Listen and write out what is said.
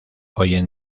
hoy